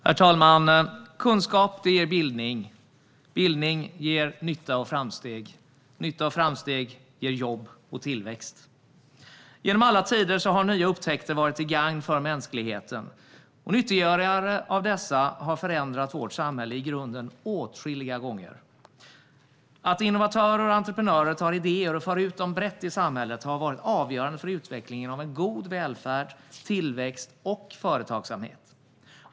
Herr talman! Kunskap ger bildning. Bildning ger nytta och framsteg. Nytta och framsteg ger jobb och tillväxt. Genom alla tider har nya upptäckter varit till gagn för mänskligheten, och nyttiggörare av dessa har förändrat vårt samhälle i grunden åtskilliga gånger. Att innovatörer och entreprenörer tar idéer och för ut dem brett i samhället har varit avgörande för utvecklingen av en god välfärd, tillväxt och företagsamhet.